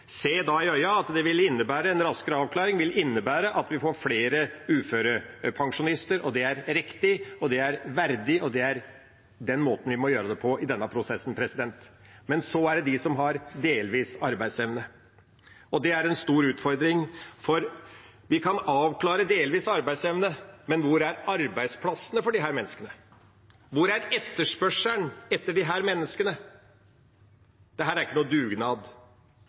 se i øynene at en raskere avklaring vil innebære at vi får flere uførepensjonister. Det er riktig, det er verdig, og det er den måten vi må gjøre det på i denne prosessen. Så er det dem som har delvis arbeidsevne. Det er en stor utfordring, for vi kan avklare at noen har delvis arbeidsevne, men hvor er arbeidsplassene for disse menneskene? Hvor er etterspørselen etter disse menneskene? Dette er ikke dugnad; dette er økonomi. Her må det skapes en etterspørsel, her